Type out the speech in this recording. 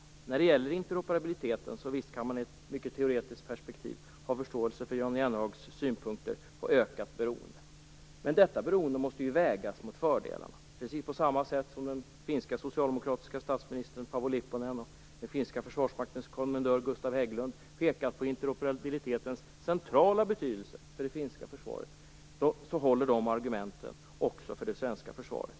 Visst kan man när det gäller interoperabiliteten i ett mycket teoretiskt perspektiv ha förståelse för Jan Jennehags synpunkter på ökat beroende. Men detta beroende måste vägas mot fördelarna. På samma sätt har den finske socialdemokratiske statsministern Paavo Lipponen och den finska försvarsmaktens kommendör Gustav Hägglund pekat på interoperabilitetens centrala betydelse för det finska försvaret. De argumenten håller också för det svenska försvaret.